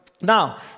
Now